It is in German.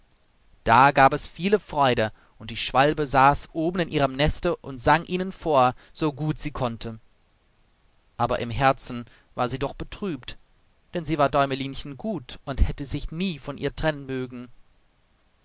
da gab es viele freude und die schwalbe saß oben in ihrem neste und sang ihnen vor so gut sie konnte aber im herzen war sie doch betrübt denn sie war däumelinchen gut und hätte sich nie von ihr trennen mögen